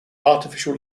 artificial